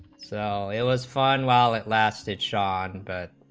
so it was fun while it lasted shot and but